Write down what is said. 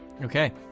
Okay